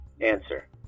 Answer